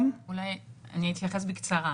בשקופית הבאה אני רוצה להראות את נתוני ה"רמזור".